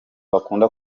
bakunda